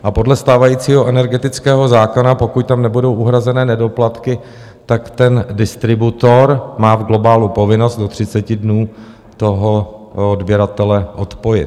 A podle stávajícího energetického zákona, pokud tam nebudou uhrazené nedoplatky, tak ten distributor má v globálu povinnost do 30 dnů toho odběratele odpojit.